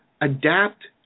adapt